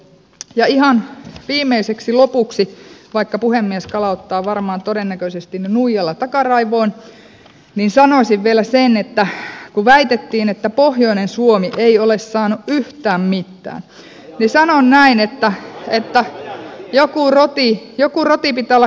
ja ihan viimeiseksi lopuksi vaikka puhemies kalauttaa varmaan todennäköisesti nuijalla takaraivoon sanoisin vielä sen että kun väitettiin että pohjoinen suomi ei ole saanut yhtään mitään sanon näin että joku roti pitää olla kerjätessäkin